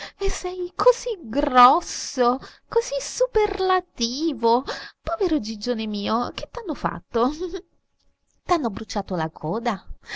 e sei così grosso così superlativo povero gigione mio che t'hanno fatto t'hanno bruciato la coda